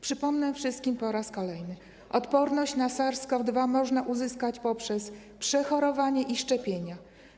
Przypomnę wszystkim po raz kolejny - odporność na Sars-CoV-2 można uzyskać poprzez przechorowanie i szczepienia.